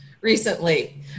Recently